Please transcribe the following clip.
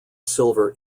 silver